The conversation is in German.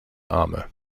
arme